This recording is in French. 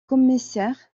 commissaire